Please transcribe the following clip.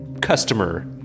customer